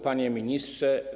Panie Ministrze!